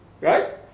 Right